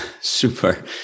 super